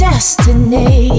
Destiny